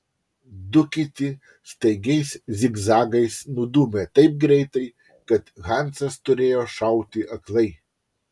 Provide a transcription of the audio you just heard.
du kiti staigiais zigzagais nudūmė taip greitai kad hansas turėjo šauti aklai